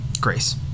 grace